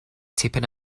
tipyn